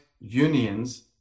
unions